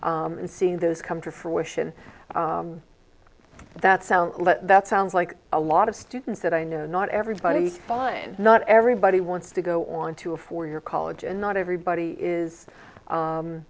and seeing those come to fruition that's that sounds like a lot of students that i know not everybody fine not everybody wants to go on to a four year college and not everybody is